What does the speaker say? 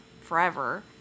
forever